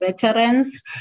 veterans